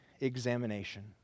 examination